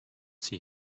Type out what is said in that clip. see